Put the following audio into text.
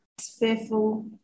fearful